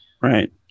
Right